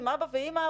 עם אבא ואמא,